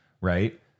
right